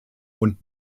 und